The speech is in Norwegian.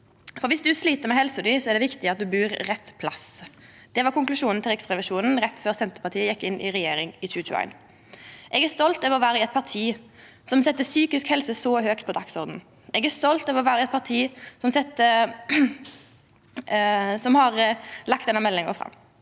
syn. Viss ein slit med helsa, er det viktig at ein bur på rett plass. Det var konklusjonen til Riksrevisjonen rett før Senterpartiet gjekk inn i regjering i 2021. Eg er stolt over å vera i eit parti som set psykisk helse så høgt på dagsordenen. Eg er stolt av å vera i eit parti som har lagt fram denne meldinga.